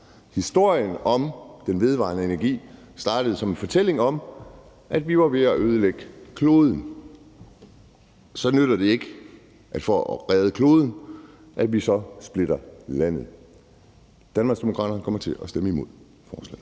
Historien om den vedvarende energi startede som en fortælling om, at vi var ved at ødelægge kloden. Så nytter det ikke, at vi for at redde kloden splitter landet. Danmarksdemokraterne kommer til at stemme imod forslaget.